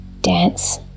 dance